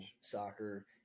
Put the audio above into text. soccer